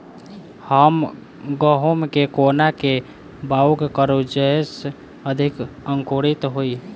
हम गहूम केँ कोना कऽ बाउग करू जयस अधिक अंकुरित होइ?